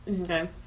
Okay